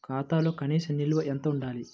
ఖాతాలో కనీస నిల్వ ఎంత ఉండాలి?